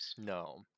No